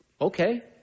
okay